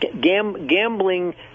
Gambling